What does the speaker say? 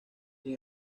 sin